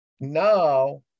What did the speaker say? Now